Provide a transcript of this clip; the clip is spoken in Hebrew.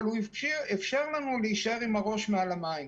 אבל הוא אפשר לנו להישאר עם הראש מעל המים.